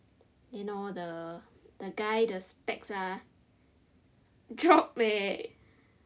then hor the guy the specs ah drop leh